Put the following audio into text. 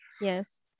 Yes